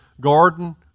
garden